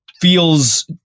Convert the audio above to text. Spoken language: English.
feels